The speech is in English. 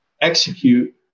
execute